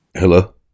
Hello